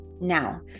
now